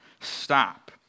Stop